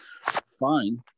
fine